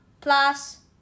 plus